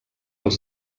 als